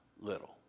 little